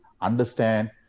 understand